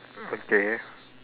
okay